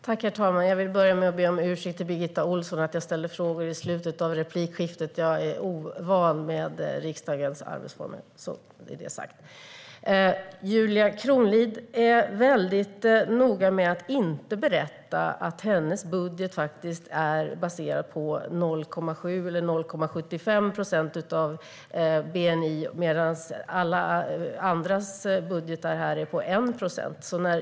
Herr talman! Jag vill börja med att be om ursäkt till Birgitta Ohlsson för att jag ställde frågor i slutet av replikskiftet. Jag är ovan vid riksdagens arbetsformer. Julia Kronlid är väldigt noga med att inte berätta att hennes budget är baserad på 0,75 procent av bni medan alla andras budgetar innehåller 1 procent.